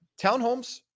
townhomes